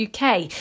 UK